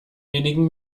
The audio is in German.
wenigen